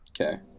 okay